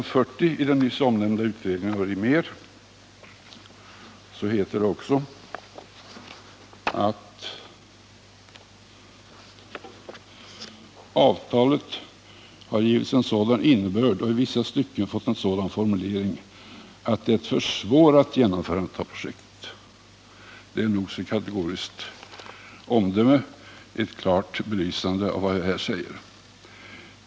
På s. 40 i den omnämnda utredningen av Olle Rimér heter det också att avtalet har givits en sådan innebörd och i vissa stycken fått en sådan formulering att det försvårat genomförandet av projektet. Det är ett nog så kategoriskt omdöme och ett klart belysande av vad jag här säger.